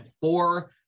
four